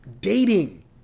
dating